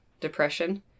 depression